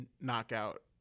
knockout